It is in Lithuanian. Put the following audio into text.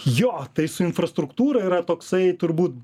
jo tai su infrastruktūra yra toksai turbūt